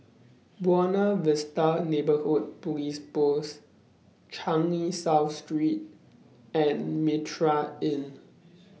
Buona Vista Neighbourhood Police Post Changi South Street and Mitraa Inn